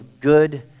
good